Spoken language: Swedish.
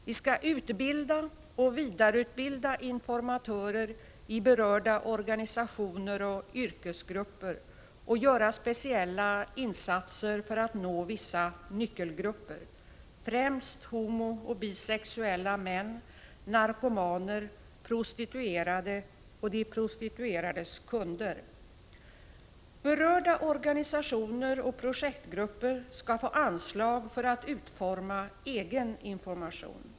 Vi skall utbilda, och vidareutbilda, informatörer i berörda organisationer och yrkesgrupper och göra speciella insatser för att nå vissa nyckelgrupper, främst homooch bisexuella män, narkomaner, prostituerade och de prostituerades kunder. Berörda organisationer och projektgrupper skall få anslag för att utforma egen information.